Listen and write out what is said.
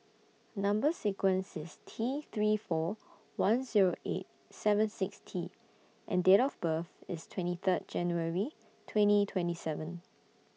Number sequence IS T three four one Zero eight seven six T and Date of birth IS twenty Third January twenty twenty seven